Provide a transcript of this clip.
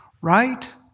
Right